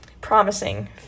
promising